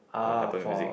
on Apple Music